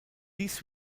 dies